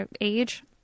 age